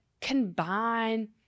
combine